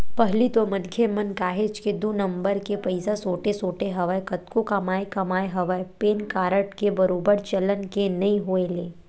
पहिली तो मनखे मन काहेच के दू नंबर के पइसा सोटे सोटे हवय कतको कमाए कमाए हवय पेन कारड के बरोबर चलन के नइ होय ले